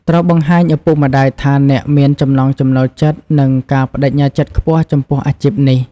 ត្រូវបង្ហាញឪពុកម្ដាយថាអ្នកមានចំណង់ចំណូលចិត្ត និងការប្តេជ្ញាចិត្តខ្ពស់ចំពោះអាជីពនេះ។